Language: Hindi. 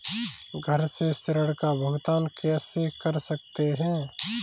घर से ऋण का भुगतान कैसे कर सकते हैं?